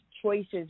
choices